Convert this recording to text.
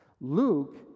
Luke